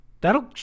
That'll